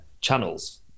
channels